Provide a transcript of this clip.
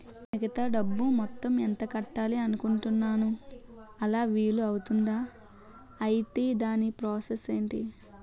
మిగతా డబ్బు మొత్తం ఎంత కట్టాలి అనుకుంటున్నాను అలా వీలు అవ్తుంధా? ఐటీ దాని ప్రాసెస్ ఎంటి?